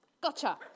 Gotcha